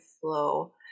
flow